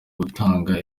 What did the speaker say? gutanga